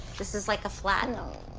this is like a flat. no,